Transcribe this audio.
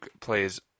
plays